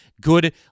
Good